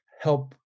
help